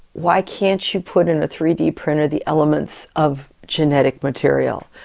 why can't you put in a three d printer the elements of genetic material,